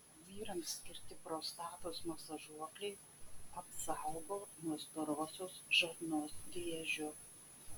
vyrams skirti prostatos masažuokliai apsaugo nuo storosios žarnos vėžio